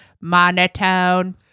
monotone